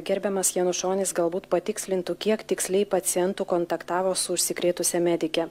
gerbiamas janušonis galbūt patikslintų kiek tiksliai pacientų kontaktavo su užsikrėtusia medike